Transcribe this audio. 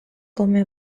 come